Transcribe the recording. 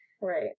right